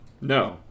No